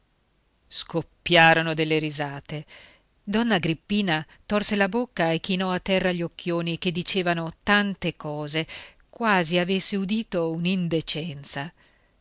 scoppiarono delle risate donna agrippina torse la bocca e chinò a terra gli occhioni che dicevano tante cose quasi avesse udito